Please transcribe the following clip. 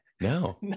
No